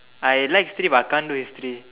I like history but I can't do history